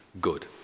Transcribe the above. good